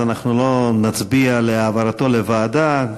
אנחנו לא נצביע על העברתו לוועדה,